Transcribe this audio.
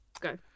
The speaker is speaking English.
go